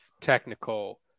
technical